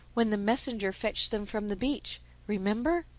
when the messenger fetched them from the beach remember?